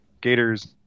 gators